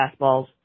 fastballs